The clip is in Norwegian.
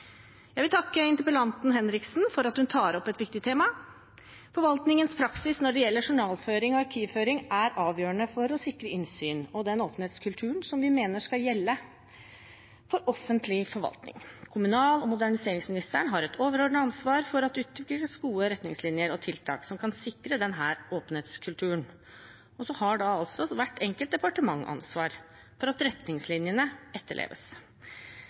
Jeg vil takke interpellanten, Henriksen, for at hun tar opp et viktig tema. Forvaltningens praksis når det gjelder journalføring og arkivføring, er avgjørende for å sikre innsyn og den åpenhetskulturen som vi mener skal gjelde for offentlig forvaltning. Kommunal- og moderniseringsministeren har et overordnet ansvar for at det utvikles gode retningslinjer og tiltak som kan sikre denne åpenhetskulturen, og så har hvert enkelt departement ansvar for at retningslinjene etterleves.